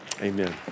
amen